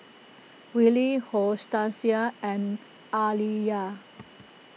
Willie Hortencia and Aaliyah